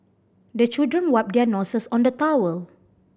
the children wipe their noses on the towel